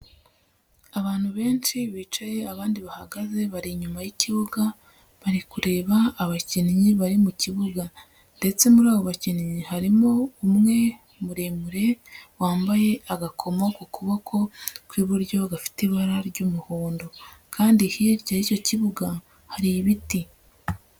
Abantu benshi bicaye, abandi bahagaze bari inyuma y'ikibuga, bari kureba abakinnyi bari mu kibuga, ndetse muri abo bakinnyi harimo umwe muremure wambaye agakomo ku kuboko kw'iburyo gafite ibara ry'umuhondo, kandi hirya y'icyo kibuga hari ibiti.